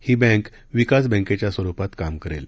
ही bank विकास बँकेच्या स्वरूपात काम करेल